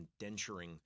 indenturing